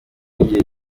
y’igihe